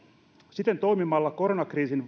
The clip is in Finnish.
siten toimimalla koronakriisin